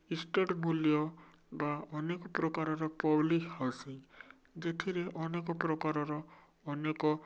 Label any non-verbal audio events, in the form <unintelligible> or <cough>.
estate <unintelligible> ବା ଅନେକ ପ୍ରକାରର ପଲି ହାଉସିଙ୍ଗ ଯେଥିରେ ଅନେକ ପ୍ରକାରର ଅନେକ